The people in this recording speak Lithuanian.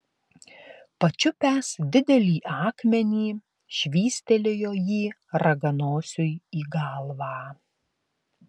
pačiupęs didelį akmenį švystelėjo jį raganosiui į galvą